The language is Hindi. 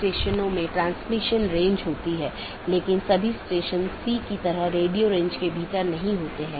नेटवर्क लेयर रीचैबिलिटी की जानकारी जिसे NLRI के नाम से भी जाना जाता है